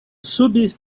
sub